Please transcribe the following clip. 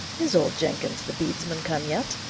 is old jenkins the bedesman come yet?